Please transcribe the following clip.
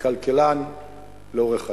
ככלכלן לאורך חיי.